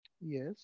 Yes